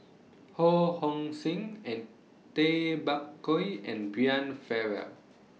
Ho Hong Sing and Tay Bak Koi and Brian Farrell